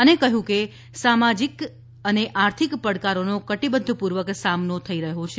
અને કહ્યું કે સામાજિક અને આર્થિક પડકારોનો કટિબધ્ધપૂર્વક સામનો થઈ રહ્યો છે